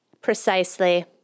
Precisely